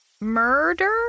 murder